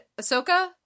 Ahsoka